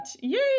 Yay